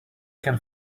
can